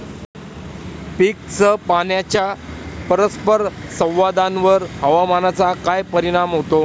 पीकसह पाण्याच्या परस्पर संवादावर हवामानाचा काय परिणाम होतो?